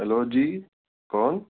hello جی کون